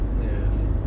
yes